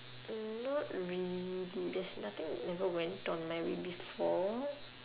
mm not really there's nothing never went on my way before